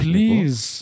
Please